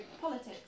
politics